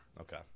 Okay